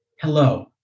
Hello